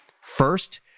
First